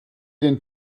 den